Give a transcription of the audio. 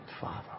father